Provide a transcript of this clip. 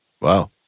wow